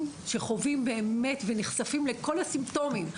שחווים באמת ונחשפים לכל הסימפטומים.